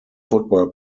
football